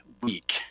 week